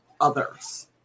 others